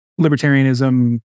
libertarianism